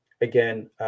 again